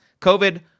COVID